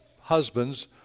husbands